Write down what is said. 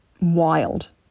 Wild